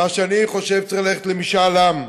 מה שאני חושב, צריך ללכת למשאל עם.